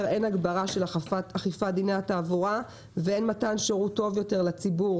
הן הגברה של אכיפת דיני התעבורה והן מתן שירות טוב יותר לציבור